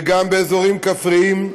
וגם באזורים כפריים,